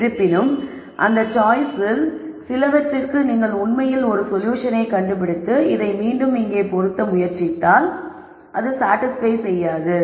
இருப்பினும் அந்த சாய்ஸ்ஸில் சிலவற்றிற்கு நீங்கள் உண்மையில் ஒரு சொல்யூஷனை கண்டுபிடித்து இதை மீண்டும் இங்கே பொருத்த முயற்சித்தால் அது சாடிஸ்பய் செய்யாது